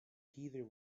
heather